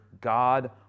God